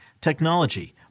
technology